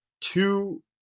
two